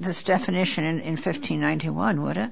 this definition in fifty nine mind what it